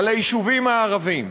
על היישובים הערביים.